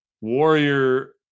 Warrior